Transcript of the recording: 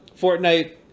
Fortnite